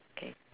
K